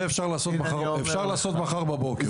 אפשר לעשות מחר בבוקר.